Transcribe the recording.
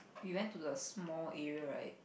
we went to the small area right